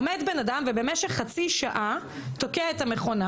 עומד בן אדם ובמשך חצי שעה תוקע את המכונה.